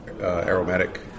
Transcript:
aromatic